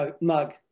mug